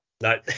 no